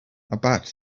about